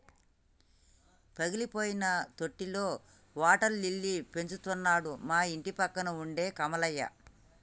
పగిలిపోయిన తొట్టిలో water lily పెంచుతున్నాడు మా ఇంటిపక్కన ఉండే కమలయ్య